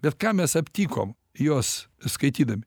bet ką mes aptikom jos skaitydami